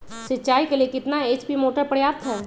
सिंचाई के लिए कितना एच.पी मोटर पर्याप्त है?